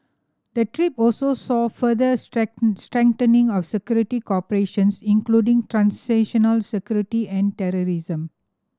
the trip also saw further strengthening of security cooperation including transnational security and terrorism